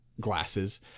glasses